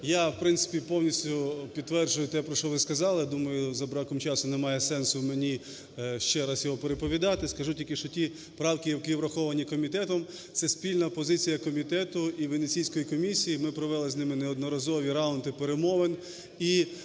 я, в принципі, повністю підтверджую те, про що ви сказали. Я думаю, за браком часу немає сенсу мені ще раз його переповідати. Скажу тільки, що ті правки, які враховані комітетом, це спільна позиція комітету і Венеційської комісії. Ми провели з ними неодноразові раунди перемовин